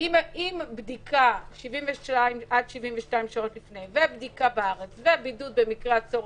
אם הבדיקה עד 72 לפני ובדיקה בארץ ובידוד במקרה הצורך,